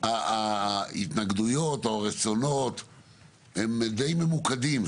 ההתנגדויות או הרצונות הם די ממוקדים,